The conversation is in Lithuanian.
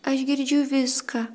aš girdžiu viską